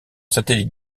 satellites